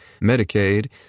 Medicaid